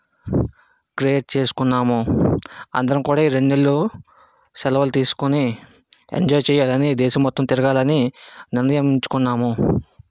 create చేస్కున్నాము అందరం కూడా ఈ రెండు నెలలు సెలవులు తీసుకుని ఎంజాయ్ చెయ్యాలని దేశం మొత్తం తిరగాలని నిర్ణయం ఉంచుకున్నాము